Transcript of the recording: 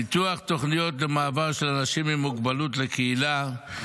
פיתוח תוכניות למעבר של אנשים עם מוגבלות לקהילה,